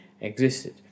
existed